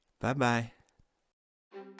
Bye-bye